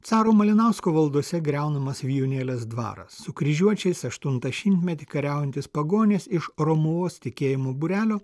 caro malinausko valdose griaunamas vijūnėlės dvaras su kryžiuočiais aštuntą šimtmetį kariaujantys pagonys iš romuvos tikėjimo būrelio